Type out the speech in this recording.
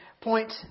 Point